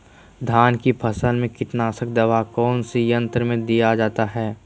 धान की फसल में कीटनाशक दवा कौन सी यंत्र से दिया जाता है?